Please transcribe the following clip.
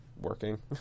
working